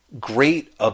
great